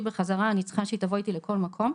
בחזרה אני צריכה שהיא תבוא איתי לכל מקום,